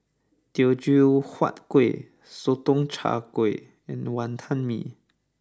Teochew Huat Kuih Sotong Char Kway and Wantan Mee